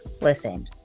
Listen